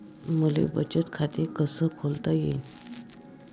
मले बचत खाते कसं खोलता येईन?